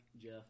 Jeff